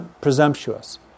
presumptuous